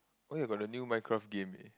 oh you got the new MineCraft game eh